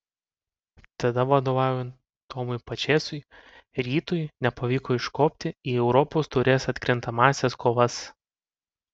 tada vadovaujant tomui pačėsui rytui nepavyko iškopti į europos taurės atkrintamąsias kovas